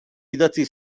idatzi